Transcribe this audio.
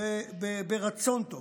ברצון טוב